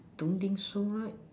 don't think so right